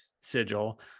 sigil